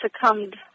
succumbed